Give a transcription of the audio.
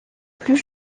plus